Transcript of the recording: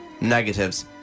Negatives